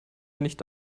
nichte